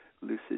lucid